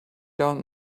down